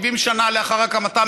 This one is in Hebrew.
70 שנה לאחר הקמתה,